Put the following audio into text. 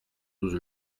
douze